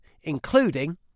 including